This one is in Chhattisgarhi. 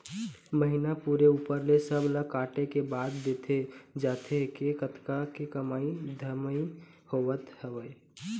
महिना पूरे ऊपर ले सब ला काटे के बाद देखे जाथे के कतका के कमई धमई होवत हवय